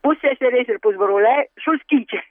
pusseserės ir pusbroliai šulskyčiai